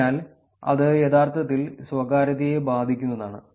അതിനാൽ അത് യഥാർത്ഥത്തിൽ സ്വകാര്യതയെ ബാധിക്കുന്നതാണ്